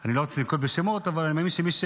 אני לא רוצה לנקוב בשמות, אבל מי שיודע,